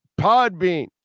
Podbean